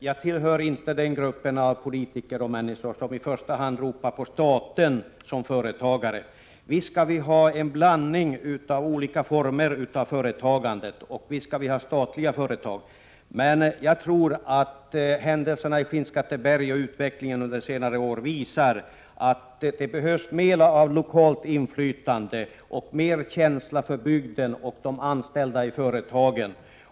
Jag tillhör inte den kategori av politiker och andra som i första hand ropar efter att staten skall uppträda som företagare. Visst skall vi ha en blandning av olika former av företagande, inkl. statliga företag, men händelserna och utvecklingen i Skinnskatteberg under senare år visar att det behövs mera av lokalt inflytande och mer av känsla för bygden och för de anställda i företagen.